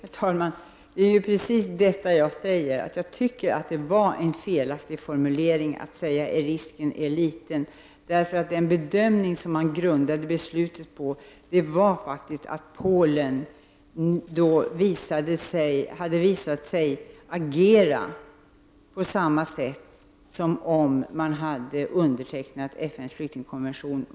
Herr talman! Det är precis detta jag säger, att jag tycker att det var en felaktig formulering att säga att risken är liten. Den bedömning som beslutet grundades på var att Polen då hade visat sig agera på samma sätt som om man hade undertecknat FN:s flyktingkonvention.